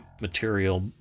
material